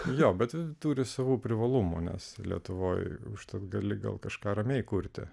jo bet turi savų privalumų nes lietuvoje užtat gali gal kažką ramiai kurti